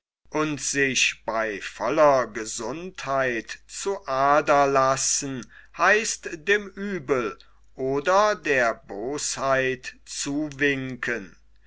und sich bei voller gesundheit zu ader lassen heißt dem uebel oder der bosheit zuwinken